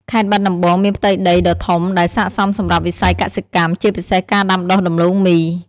ខេត្តបាត់ដំបងមានផ្ទៃដីដ៏ធំដែលស័ក្តិសមសម្រាប់វិស័យកសិកម្ម ជាពិសេសការដាំដុះដំឡូងមី។